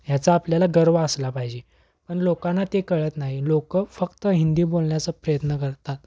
ह्याचा आपल्याला गर्व असला पाहिजे पण लोकांना ते कळत नाही लोक फक्त हिंदी बोलण्याचा प्रयत्न करतात